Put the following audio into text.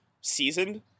seasoned